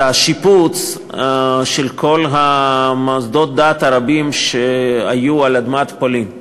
השיפוץ של כל מוסדות הדת הרבים שהיו על אדמת פולין.